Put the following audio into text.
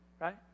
right